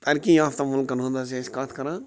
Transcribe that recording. ترقی یافتہٕ مُلکن ہُنٛد چھِ أسۍ کَتھ کَران